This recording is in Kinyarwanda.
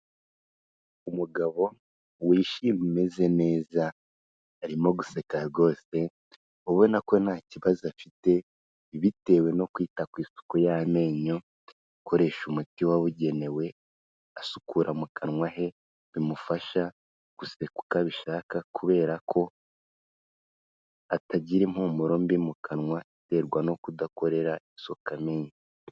Umugabo wishimye umeze neza, arimo guseka rwose ubona ko nta kibazo afite bitewe no kwita ku isuku y'amenyo akoresha umuti wabugenewe, asukura mu kanwa he bimufasha guseka uko abishaka kubera ko atagira impumuro mbi mu kanwa iterwa no kudakorera isuku amenyo.